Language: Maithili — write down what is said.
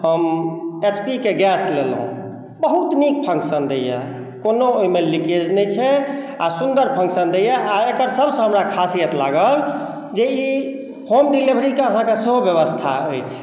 हम एच पी के गैस लेलहुँ बहुत नीक फंक्शन दैए कोनो अइमे लिकेज नहि छै आओर सुन्दर फंक्शन दैइए आओर एकर सबसँ हमरा खासियत लागल जे ई होम डिलेवरी के अहाँके सेहो व्यवस्था अछि